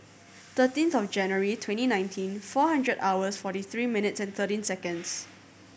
thirteenth of January twenty nineteen four hundred hours forty three minutes and thirteen seconds